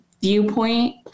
viewpoint